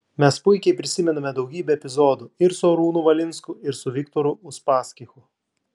mes puikiai prisimename daugybę epizodų ir su arūnu valinsku ir su viktoru uspaskichu